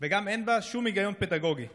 אנחנו בעצם עוצרים את האופק שלהם.